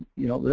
you know,